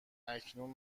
اکنون